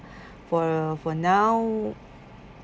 for for now